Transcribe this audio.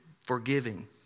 forgiving